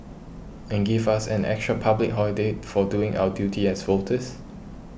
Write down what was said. and give us an extra public holiday for doing our duty as voters